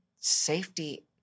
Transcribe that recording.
Safety